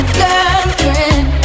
girlfriend